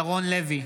ירון לוי,